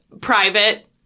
private